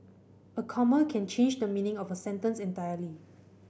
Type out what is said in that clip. a comma can change the meaning of a sentence entirely